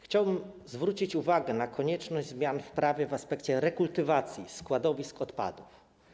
Chciałbym zwrócić uwagę na konieczność wprowadzenia zmian w prawie w aspekcie rekultywacji składowisk odpadów.